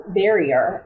barrier